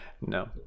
No